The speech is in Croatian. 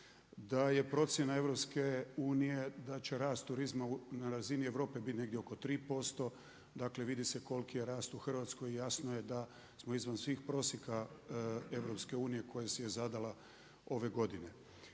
da je procjena EU da će rast turizma na razine Europe biti oko 3%, dakle vidi se koliki je rast u Hrvatskoj i jasno je da smo iznad svih prosjeka EU koja si je zadala ove godine.